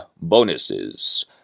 bonuses